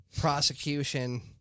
Prosecution